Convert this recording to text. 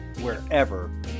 wherever